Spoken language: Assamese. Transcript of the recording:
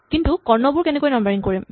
কিন্তু কৰ্ণবোৰ কেনেকৈ নাম্বাৰিং কৰিম